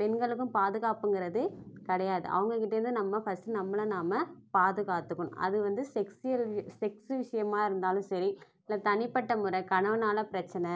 பெண்களுக்கும் பாதுகாப்புங்கிறது கிடையாது அவங்க கிட்டேயிருந்து நம்ம ஃபஸ்டு நம்மளை நாம் பாதுகாத்துக்கணும் அது வந்து செக்ஸியை செக்ஸ் விஷயமாக இருந்தாலும் சரி இல்லை தனிப்பட்ட முறை கணவனால் பிரச்சினை